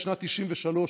משנת 1993,